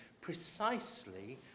precisely